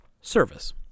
service